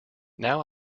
now